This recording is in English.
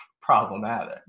problematic